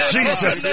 Jesus